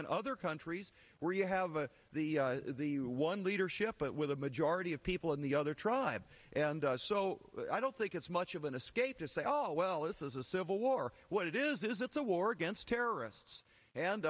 in other countries where you have a the one leadership but with the majority of people in the other tribe and so i don't think it's much of an escape to say oh well this is a civil war what it is is it's a war against terrorists and